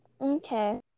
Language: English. Okay